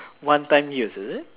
one time use is it